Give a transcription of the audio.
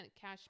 cash